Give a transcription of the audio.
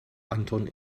anton